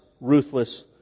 ruthless